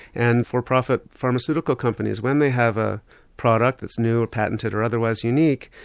and for profit pharmaceutical companies, when they have a product that's new or patented or otherwise unique,